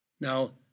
Now